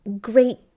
great